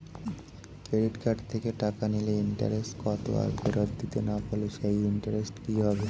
Credit card থেকে টাকা নিলে ইন্টারেস্ট কত আর ফেরত দিতে না পারলে সেই ইন্টারেস্ট কি হবে?